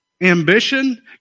ambition